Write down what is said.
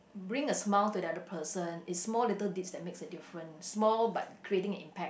bring a smile to the other person is small little deed that makes a different small but creating impact